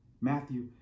Matthew